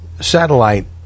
satellite